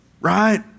Right